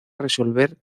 resolver